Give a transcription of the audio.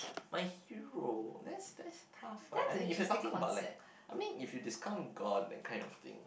my hero that's that's tough ah I mean if you're talking about like I mean if you discount god that kind of thing